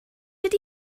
ydy